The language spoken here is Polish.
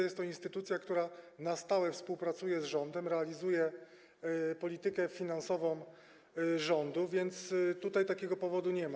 Jest to instytucja, która na stałe współpracuje z rządem, realizuje politykę finansową rządu, więc tutaj takiego powodu nie ma.